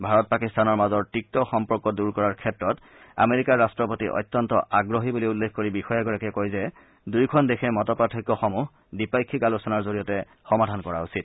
ভাৰত পাকিস্তানৰ মাজৰ তিক্ত সম্পৰ্ক দূৰ কৰাৰ ক্ষেত্ৰত আমেৰিকাৰ ৰাট্টপতি অত্যন্ত আগ্ৰহী বুলি উল্লেখ কৰি বিষয়াগৰাকীয়ে কয় যে দুয়োখন দেশে মত পাৰ্থক্যসমূহ দ্বিপাক্ষিক আলোচনাৰ জৰিয়তে সমাধান কৰা উচিত